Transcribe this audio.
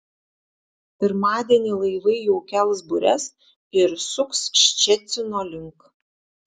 pirmadienį laivai jau kels bures ir suks ščecino link